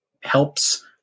helps